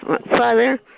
Father